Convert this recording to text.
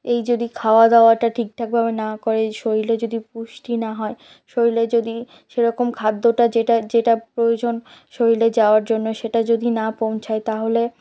এই যদি খাওয়া দাওয়াটা ঠিকঠাক ভাবে না করে শরীরে যদি পুষ্টি না হয় শরীরে যদি সেরকম খাদ্যটা যেটা প্রয়োজন শরীরে যাওয়ার জন্য সেটা যদি না পৌঁছায় তাহলে